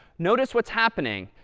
notice what's happening.